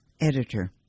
editor